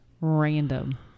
Random